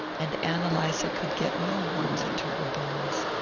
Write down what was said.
and ann eliza could get no warmth into her bones.